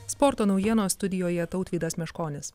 sporto naujienos studijoje tautvydas meškonis